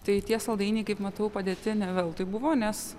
tai tie saldainiai kaip matau padėti ne veltui buvo nes